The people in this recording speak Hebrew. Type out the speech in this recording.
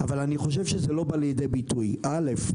אבל זה לא בא לידי ביטוי במספרים.